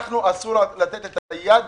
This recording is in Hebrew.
אסור לנו לתת יד